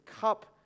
cup